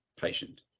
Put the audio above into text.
patient